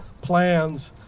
plans